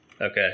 Okay